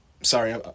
sorry